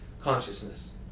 consciousness